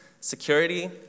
security